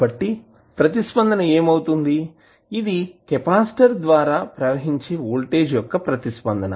కాబట్టి ప్రతిస్పందన ఏమి అవుతుంది ఇది కెపాసిటర్ ద్వారా ప్రవహించే వోల్టేజ్ యొక్క ప్రతిస్పందన